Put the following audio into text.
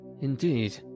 Indeed